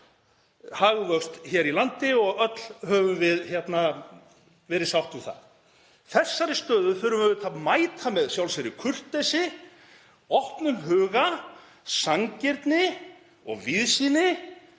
hagvöxt hér í landi og öll höfum við verið sátt við það. Þessari stöðu þurfum við auðvitað að mæta með sjálfsagðri kurteisi, opnum huga, sanngirni og víðsýni.